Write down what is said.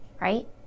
Right